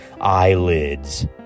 eyelids